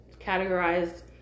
categorized